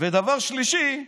דבר שלישי,